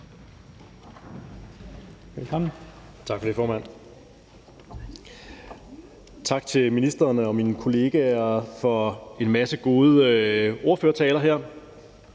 Tak for det, formand. Tak til ministeren og mine kollegaer for en masse goder taler her.